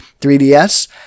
3DS